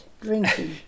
drinking